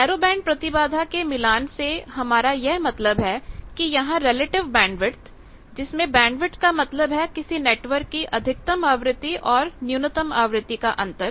narrow band प्रतिबाधा के मिलान से हमारा यह मतलब है कि यहां रिलेटिव बैंडविथ जिसमें बैंडविथ का मतलब है किसी नेटवर्क की अधिकतम आवृत्ति और न्यूनतम आवृत्ति का अंतर